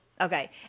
Okay